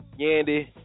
Yandy